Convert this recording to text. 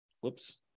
whoops